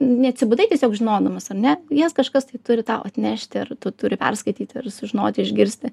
neatsibudai tiesiog žinodamas ar ne jas kažkas tai turi tau atnešti ir tu turi perskaityti ir sužinoti išgirsti